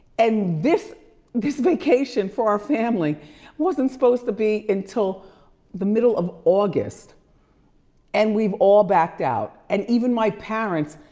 and this this vacation for our family wasn't supposed to be until the middle of august and we've all backed out. and even my parents,